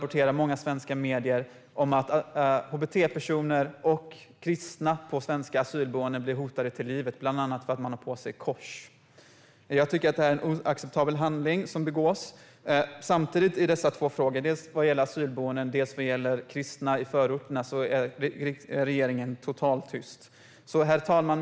Och många svenska medier rapporterar att hbt-personer och kristna på svenska asylboenden blir hotade till livet bland annat för att de har på sig kors. Jag tycker att det är oacceptabla handlingar som begås. Samtidigt är regeringen totalt tyst i dessa två frågor - det gäller asylboenden, och det gäller kristna i förorterna. Herr talman!